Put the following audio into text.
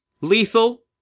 lethal